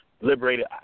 liberated